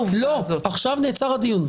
עכשיו נעצר הדיון.